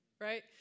Right